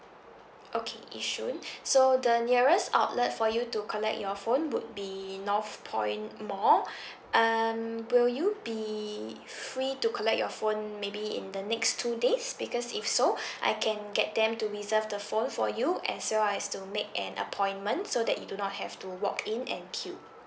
okay yishun so the nearest outlet for you to collect your phone would be north point mall um will you be free to collect your phone maybe in the next two days because if so I can get them to reserve the phone for you as well as to make an appointment so that you do not have to walk in and que